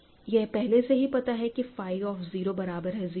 यह पहले से ही पता है कि फाई ऑफ़ 0 बराबर है 0 के